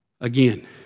Again